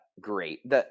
Great